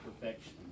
perfection